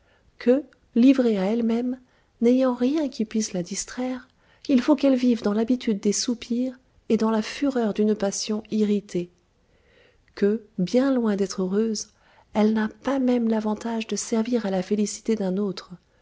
que livrée à elle-même n'ayant rien qui puisse la distraire il faut qu'elle vive dans l'habitude des soupirs et dans la fureur d'une passion irritée que bien loin d'être heureuse elle n'a pas même l'avantage de servir à la félicité d'un autre